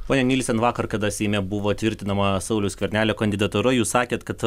ponia nielsen vakar kada seime buvo tvirtinama sauliaus skvernelio kandidatūra jūs sakėt kad